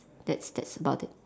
that's that's about it